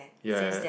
ya